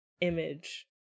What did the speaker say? image